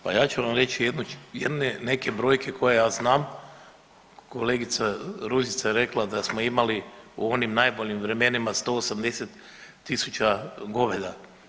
Pa ja ću vam reći neke brojke koje ja znam, kolegica Ružica je rekla da smo imali u onim najboljim vremenima 180.000 goveda.